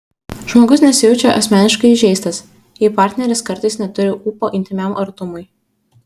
žmogus nesijaučia asmeniškai įžeistas jei partneris kartais neturi ūpo intymiam artumui